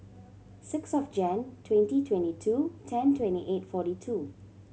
six of Jan twenty twenty two ten twenty eight forty two